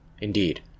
Indeed